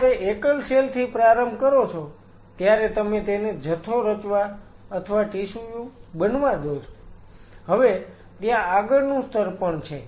તમે જ્યારે એકલ સેલ થી પ્રારંભ કરો છો ત્યારે તમે તેને જથ્થો રચવા અથવા ટિશ્યુ બનવા દો છો હવે ત્યાં આગળનું સ્તર પણ છે